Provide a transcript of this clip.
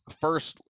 first